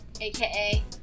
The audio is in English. AKA